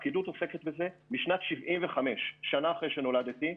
הפקידות עוסקת בזה משנת 75', שנה אחרי שנולדתי.